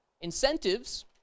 incentives